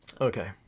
Okay